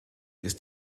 ist